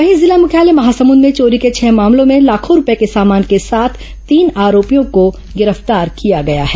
वहीं जिला मुख्यालय महासमुंद में चोरी के छह मामलों में लाखों रूपये के सामान के साथ तीन आरोपियों को गिरफ्तार किया गया है